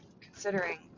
Considering